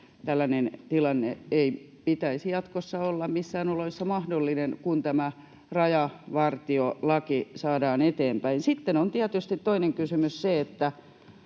tällaisen tilanteen ei pitäisi jatkossa olla missään oloissa mahdollinen, kun tämä rajavartiolaki saadaan eteenpäin. Sitten on tietysti toinen kysymys se,